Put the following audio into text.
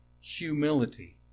humility